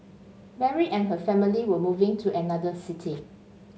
Mary and her family were moving to another city